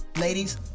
Ladies